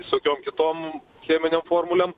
visokiom kitom cheminėm formulėm